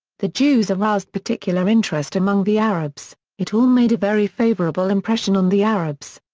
the jews aroused particular interest among the arabs. it all made a very favorable impression on the arabs.